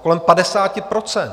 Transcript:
Kolem 50 %.